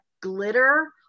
glitter